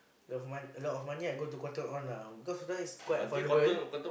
a lot of mon~ a lot of money I go to Cotton-On lah because sometimes quite affordable